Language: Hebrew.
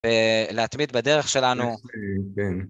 להתמיד בדרך שלנו.